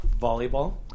Volleyball